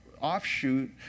offshoot